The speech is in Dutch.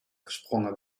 gesprongen